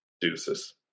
Deuces